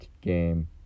game